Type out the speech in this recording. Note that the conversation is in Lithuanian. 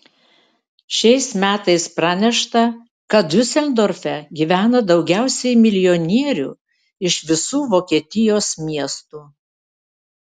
šiais metais pranešta kad diuseldorfe gyvena daugiausiai milijonierių iš visų vokietijos miestų